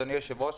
אדוני היושב-ראש,